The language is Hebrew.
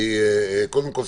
קודם כל,